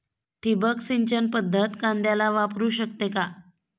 ठिबक सिंचन पद्धत कांद्याला वापरू शकते का?